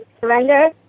surrender